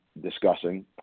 discussing